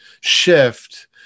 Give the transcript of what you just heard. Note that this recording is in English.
shift